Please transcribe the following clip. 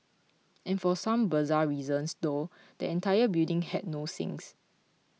and for some bizarre reason though the entire building had no sinks